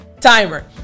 timer